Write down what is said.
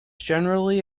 generally